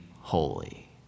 holy